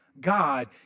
God